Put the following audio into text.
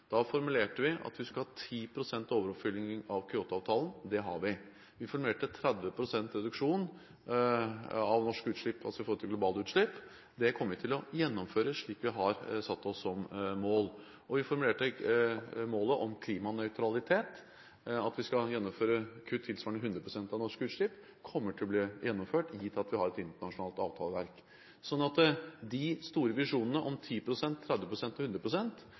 Da formulerte vi at vi skulle ha 10 pst. overoppfylling av Kyoto-avtalen. Det har vi. Vi formulerte 30 pst. reduksjon av norske utslipp, altså i forhold til globale utslipp. Det kommer vi til å gjennomføre, slik vi har satt oss som mål. Og vi formulerte målet om klimanøytralitet, at vi skal gjennomføre kutt tilsvarende 100 pst. av norske utslipp. Det kommer til å bli gjennomført, gitt at vi har et internasjonalt avtaleverk. Så de store visjonene om 10 pst., 30. pst. og